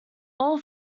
all